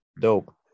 Dope